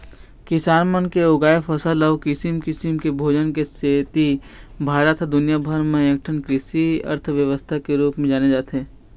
किसान मन के उगाए फसल अउ किसम किसम के भोजन के सेती भारत ह दुनिया भर म एकठन कृषि अर्थबेवस्था के रूप म जाने जाथे